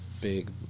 big